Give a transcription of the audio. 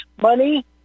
money